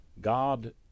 God